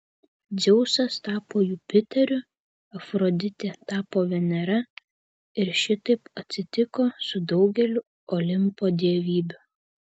dzeusas tapo jupiteriu afroditė tapo venera ir šitaip atsitiko su daugeliu olimpo dievybių